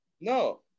No